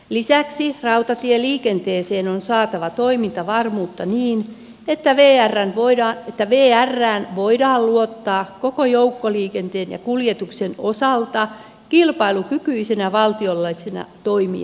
lisäksi rautatieliikenteeseen on saatava toimintavarmuutta niin että vrään voidaan luottaa koko joukkoliikenteen ja kuljetuksen osalta kilpailukykyisenä valtiollisena toimijana